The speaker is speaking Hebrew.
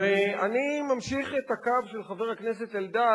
ואני ממשיך את הקו של חבר הכנסת אלדד,